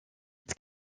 its